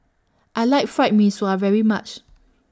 I like Fried Mee Sua very much